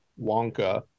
Wonka